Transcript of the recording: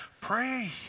Pray